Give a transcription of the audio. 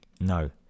No